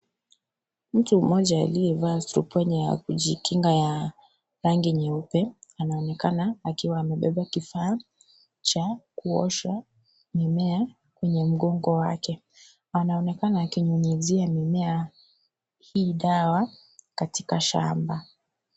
Mtu mmoja aliyevaa surupwenye ya kujikinga ya rangi nyeupe anaonekana akiwa amebeba kifaa cha kuosha mimea kwenye mgongo wake, anaonekana akinyunyizia mimea hii dawa katika shamba.